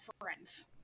friends